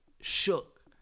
shook